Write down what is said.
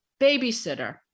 babysitter